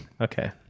okay